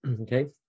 Okay